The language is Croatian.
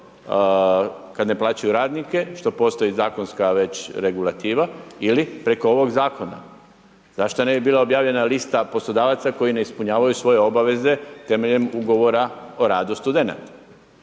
kad ne plaćaju radnike, što postoji zakonska već regulativa ili preko ovog zakona. Zašto ne bi bila objavljena lista poslodavaca koji ne ispunjavaju svoje obaveze temeljem ugovora o radu studenata?